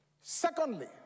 Secondly